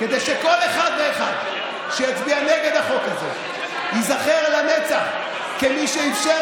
כדי שכל אחד ואחד שיצביע נגד החוק הזה ייזכר לנצח כמי שאפשר